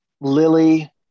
Lily